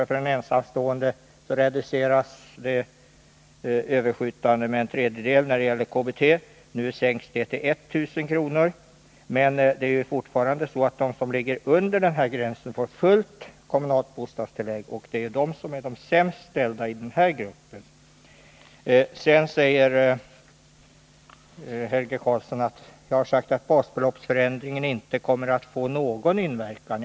för ensamstående t.ex. Nu sänks det beloppet till 1.000 kr. Men de som har en inkomst under den här gränsen får fortfarande fullt kommunalt bostadstilllägg, och det är de som är sämst ställda i den här gruppen. Helge Karlsson säger vidare att jag har sagt att basbeloppsförändringen inte kommer att få någon inverkan.